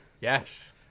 Yes